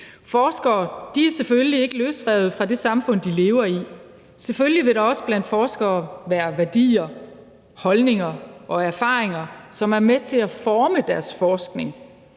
Forskere er selvfølgelig ikke løsrevet fra det samfund, de lever i, og selvfølgelig vil der også blandt forskere være værdier, holdninger og erfaringer, som er med til at forme deres forskning,